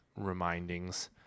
Remindings